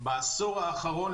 בעשור האחרון,